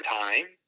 time